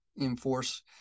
enforce